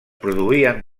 produïen